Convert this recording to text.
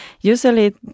Usually